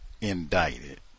indicted